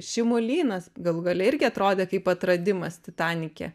šimulynas galų gale irgi atrodė kaip atradimas titanike